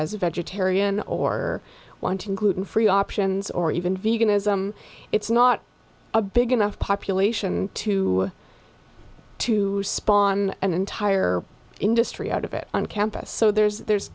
as a vegetarian or wanting gluten free options or even veganism it's not a big enough population to to spawn an entire industry out of it on campus so there's there's